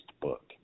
book